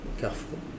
carrefour